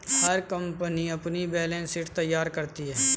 हर company अपनी balance sheet तैयार करती है